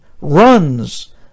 runs